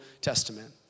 Testament